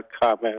comment